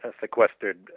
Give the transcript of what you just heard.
sequestered